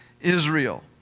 Israel